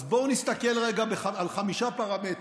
אז בואו נסתכל רגע על חמישה פרמטרים.